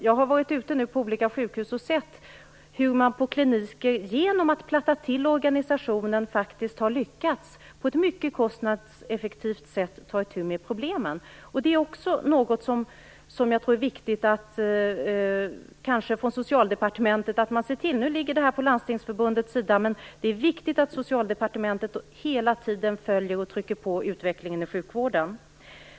Jag har besökt olika sjukhus och sett hur man på kliniker genom att platta till organisationen faktiskt har lyckats att ta itu med problemen på ett mycket kostnadseffektivt sätt. Jag tror att det är viktigt att Socialdepartementet ser till detta. Det här ligger på Landstingsförbundet, men det är ändå viktigt att Socialdepartementet hela tiden följer med och trycker på i utvecklingen av sjukvården.